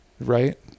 Right